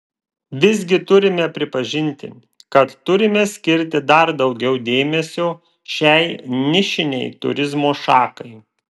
visgi turime pripažinti kad turime skirti dar daugiau dėmesio šiai nišinei turizmo šakai